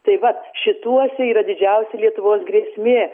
tai vat šituose yra didžiausia lietuvos grėsmė